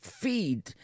feed